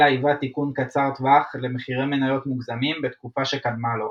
אלא היווה תיקון קצר-טווח למחירי מניות מוגזמים בתקופה שקדמה לו.